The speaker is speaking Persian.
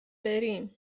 بریم